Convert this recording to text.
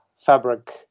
fabric